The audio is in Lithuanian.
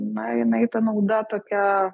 na jinai ta nauda tokia